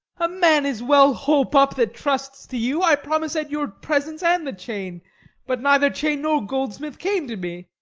a man is well holp up that trusts to you! i promised your presence and the chain but neither chain nor goldsmith came to me.